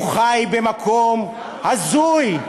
הוא חי במקום הזוי.